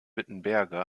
wittenberge